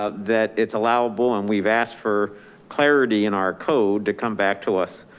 ah that it's allowable and we've asked for clarity in our code to come back to us.